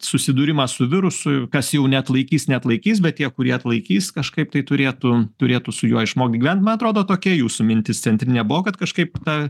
susidūrimą su virusu kas jau neatlaikys neatlaikys bet tie kurie atlaikys kažkaip tai turėtų turėtų su juo išmokt gyvent man atrodo tokia jūsų mintis centrinė buvo kad kažkaip ta